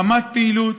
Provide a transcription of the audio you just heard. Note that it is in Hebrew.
רמת פעילות